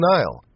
Nile